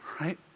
right